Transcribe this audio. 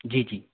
जी जी